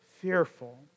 fearful